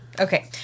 Okay